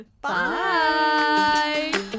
Bye